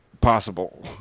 possible